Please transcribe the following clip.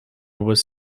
was